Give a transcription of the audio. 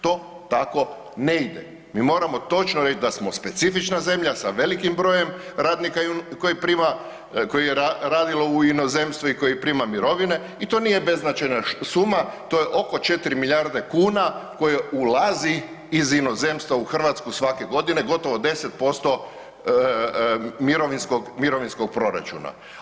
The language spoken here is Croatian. To tako ne ide, mi moramo točno reć da smo specifična zemlja sa velikim brojem radnika koji je radilo u inozemstvu i koji prima mirovine i to nije beznačajna suma, to je oko 4 milijarde kuna koje ulazi iz inozemstva u Hrvatsku svake godine, gotovo 10% mirovinskog, mirovinskog proračuna.